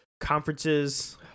Conferences